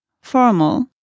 Formal